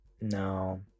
No